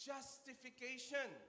Justification